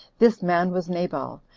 this man was nabal,